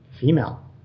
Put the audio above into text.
Female